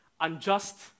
unjust